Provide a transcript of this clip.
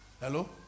Hello